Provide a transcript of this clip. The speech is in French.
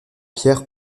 pierre